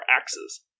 axes